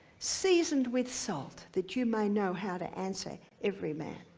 seasoned with salt, that you may know how to answer every man.